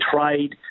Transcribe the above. trade